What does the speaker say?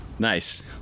Nice